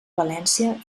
valència